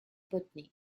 putney